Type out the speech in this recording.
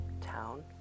town